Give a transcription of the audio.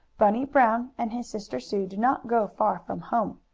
bunny brown and his sister sue did not go far from home.